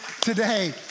today